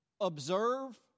observe